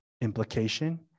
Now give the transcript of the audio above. Implication